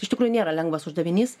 iš tikrųjų nėra lengvas uždavinys